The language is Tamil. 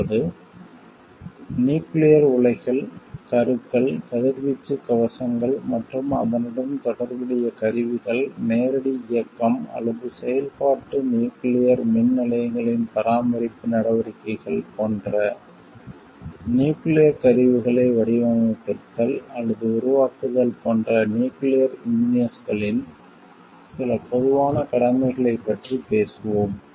இப்போது நியூக்கிளியர் உலைகள் கருக்கள் கதிர்வீச்சுக் கவசங்கள் மற்றும் அதனுடன் தொடர்புடைய கருவிகள் நேரடி இயக்கம் அல்லது செயல்பாட்டு நியூக்கிளியர் மின் நிலையங்களின் பராமரிப்பு நடவடிக்கைகள் போன்ற நியூக்கிளியர் கருவிகளை வடிவமைத்தல் அல்லது உருவாக்குதல் போன்ற நியூக்கிளியர் இன்ஜினியர்ஸ்களின் சில பொதுவான கடமைகளைப் பற்றி பேசுவோம்